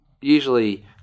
usually